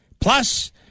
Plus